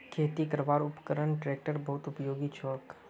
खेती करवार उपकरनत ट्रेक्टर बहुत उपयोगी छोक